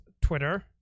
Twitter